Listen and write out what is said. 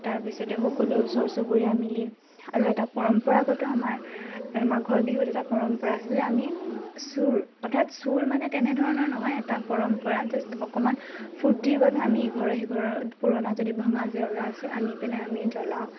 তাৰপিছতে সকলো ওচৰ চুবুৰীয়াই মিলি আৰু এটা পৰম্পৰাগত আমাৰ মাঘৰ বিহুত এটা পৰম্পৰা আছে যে আমি চুৰ অৰ্থাৎ চুৰ মানে তেনেধৰণৰ নহয় এটা পৰম্পৰা জাষ্ট অকণমান ফূৰ্তিৰ বাবে আমি ইঘৰে সিঘৰৰ পুৰণা যদি ভঙা জেওৰা আছে আনি পেলাই আমি জ্বলাওঁ